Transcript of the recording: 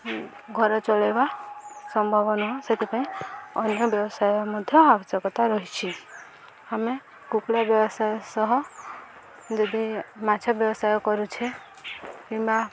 ଘର ଚଳେଇବା ସମ୍ଭବ ନୁହଁ ସେଥିପାଇଁ ଅନ୍ୟ ବ୍ୟବସାୟ ମଧ୍ୟ ଆବଶ୍ୟକତା ରହିଛି ଆମେ କୁକୁଡ଼ା ବ୍ୟବସାୟ ସହ ଯଦି ମାଛ ବ୍ୟବସାୟ କରୁଛେ କିମ୍ବା